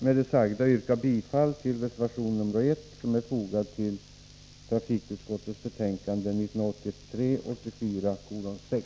Med det sagda yrkar jag bifall till reservation 1 fogad till trafikutskottets betänkande 1983/84:6.